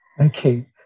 Okay